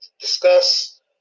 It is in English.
discuss